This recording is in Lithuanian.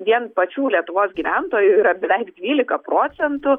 vien pačių lietuvos gyventojų yra beveik dvylika procentų